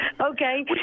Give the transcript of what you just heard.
Okay